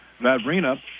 Vavrina